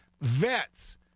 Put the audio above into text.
vets